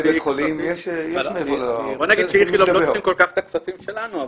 בוא נגיד שאיכילוב לא צריכים כל כך את הכספים שלנו.